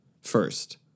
first